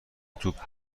توپ